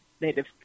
Native